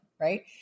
right